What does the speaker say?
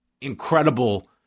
incredible